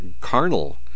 carnal